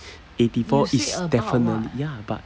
eighty four is definitely ya but